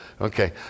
Okay